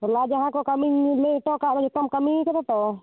ᱦᱚᱞᱟ ᱡᱟᱦᱟᱸ ᱠᱚ ᱠᱟᱹᱢᱤ ᱞᱟᱹᱭ ᱦᱚᱴᱚ ᱟᱠᱟᱫ ᱡᱚᱛᱚᱢ ᱠᱟᱹᱢᱤ ᱟᱠᱟᱫᱟ ᱛᱚ